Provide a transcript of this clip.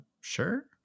sure